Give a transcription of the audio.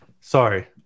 sorry